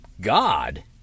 God